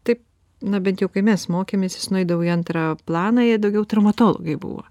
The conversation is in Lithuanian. taip na bent jau kai mes mokėmės jis nueidavo į antrą planą jie daugiau traumatologai buvo